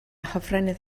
hofrennydd